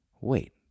Wait